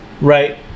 Right